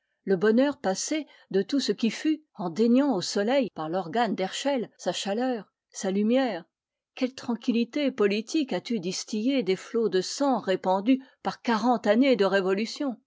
le bonheur passé de tout ce qui fut en déniant au soleil par l'organe d'herschell sa chaleur sa lumière quelle tranquillité politique as-tu distillée des flots de sang répandus par quarante années de révolutions